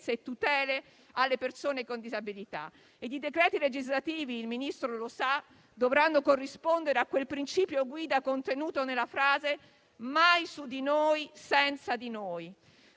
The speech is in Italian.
e tutele alle persone con disabilità. I decreti legislativi - il Ministro lo sa - dovranno corrispondere a quel principio guida contenuto nella frase: «Niente su di noi, senza di noi».